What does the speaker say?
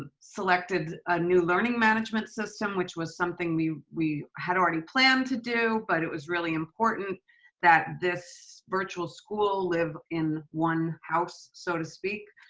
selected a new learning management system, which was something we, we had already planned to do, but it was really important that this virtual school live in one house, so to speak.